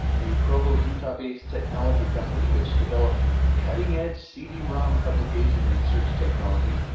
a provo, utah-based technology company, which developed cutting edge cd-rom publication and search technology.